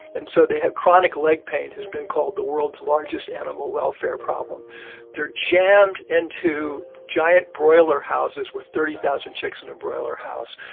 and so they have chronic leg pain, who's been called the world's largest animal welfare problem they're jammed into giant broiler houses with thirty thousand chicks in a broiler house,